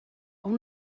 ond